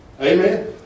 Amen